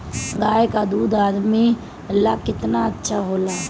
गाय का दूध आदमी ला कितना अच्छा होला?